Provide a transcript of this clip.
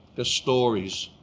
the stories